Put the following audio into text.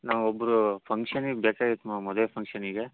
ನಾವೊಬ್ಬರು ಫಂಕ್ಷನ್ನಿಗೆ ಬೇಕಾಗಿತ್ತು ಮ್ಯಾಮ್ ಮದ್ವೆ ಫಂಕ್ಷನಿಗೆ